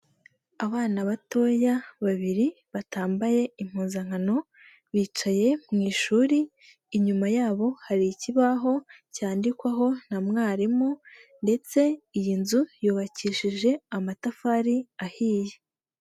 Abana batoya babiri batambaye impuzankano bicaye mu ishuri, inyuma yabo hari ikibaho cyandikwaho na mwarimu, ndetse iyi nzu yubakishije amatafari ahiye.